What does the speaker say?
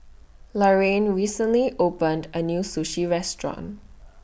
Laraine recently opened A New Sushi Restaurant